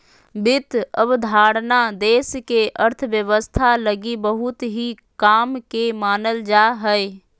वित्त अवधारणा देश के अर्थव्यवस्था लगी बहुत ही काम के मानल जा हय